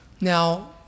now